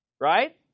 Right